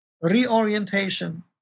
reorientation